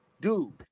Dude